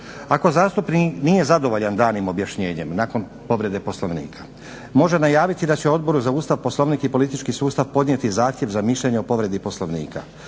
"Ako zastupnik nije zadovoljan danim objašnjenjem nakon povrede Poslovnika može najaviti da će Odboru za Ustav, Poslovnik i politički sustav podnijeti zahtjev za mišljenje o povredi poslovnika.